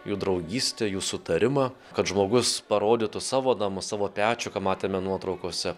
jų draugystę jų sutarimą kad žmogus parodytų savo namus savo pečių ką matėme nuotraukose